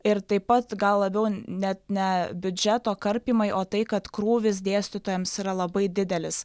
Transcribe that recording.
ir taip pat gal labiau net ne biudžeto karpymai o tai kad krūvis dėstytojams yra labai didelis